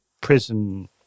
prison